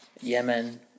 Yemen